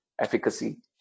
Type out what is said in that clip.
efficacy